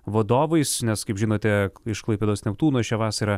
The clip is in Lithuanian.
vadovais nes kaip žinote iš klaipėdos neptūno šią vasarą